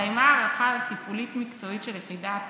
הסתיימה ההערכה התפעולית-מקצועית של יחידת